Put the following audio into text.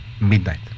midnight